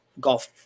Golf